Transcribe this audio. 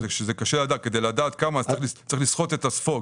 כדי לדעת כמה, צריך לסחוט את הספוג.